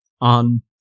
on